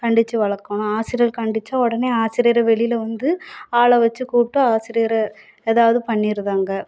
கண்டிச்சு வளர்க்கணும் ஆசிரியர் கண்டித்தா உடனே ஆசிரியரை வெளியில் வந்து ஆளை வச்சு கூப்பிட்டு ஆசிரியரை ஏதாவது பண்ணிடுதாங்க